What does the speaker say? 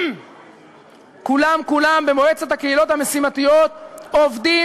כולם-כולם במועצת הקהילות המשימתיות עובדים